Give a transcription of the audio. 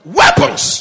weapons